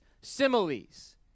similes